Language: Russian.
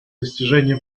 достижение